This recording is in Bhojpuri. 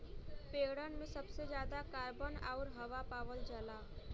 पेड़न में सबसे जादा कार्बन आउर हवा पावल जाला